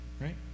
Right